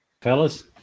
fellas